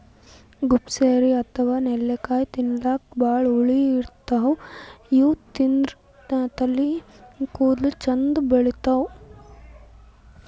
gooseberry ಅಥವಾ ನೆಲ್ಲಿಕಾಯಿ ತಿಲ್ಲಕ್ ಭಾಳ್ ಹುಳಿ ಇರ್ತವ್ ಇವ್ ತಿಂದ್ರ್ ತಲಿ ಕೂದಲ ಚಂದ್ ಬೆಳಿತಾವ್